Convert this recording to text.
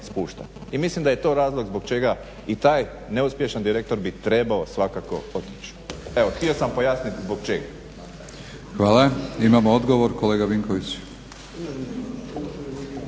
i mislim da je to razlog zbog čega i taj neuspješan direktor bi trebao svakako otići. Evo htio sam pojasniti zbog čega. **Batinić, Milorad (HNS)** Hvala. Imamo odgovor kolega Vinković.